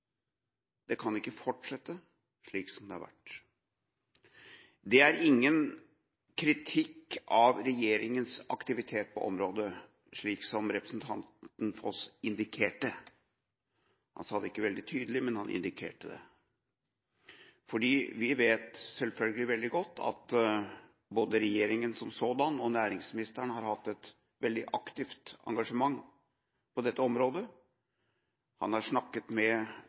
Det kan ikke fortsette slik som det har vært. Det er ingen kritikk av regjeringens aktivitet på området, slik som representanten Foss indikerte. Han sa det ikke veldig tydelig, men han indikerte det. Vi vet selvfølgelig veldig godt at både regjeringen som sådan og næringsministeren har hatt et veldig aktivt engasjement på dette området. Han har snakket med